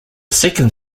second